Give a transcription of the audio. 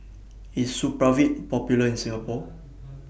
IS Supravit Popular in Singapore